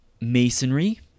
masonry